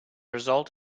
result